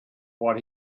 what